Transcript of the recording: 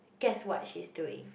guess what she's doing